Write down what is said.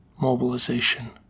mobilization